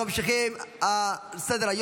אנחנו ממשיכים בסדר-היום.